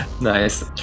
nice